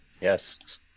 yes